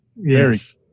Yes